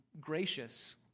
gracious